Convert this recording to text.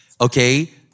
Okay